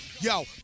Yo